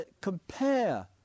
compare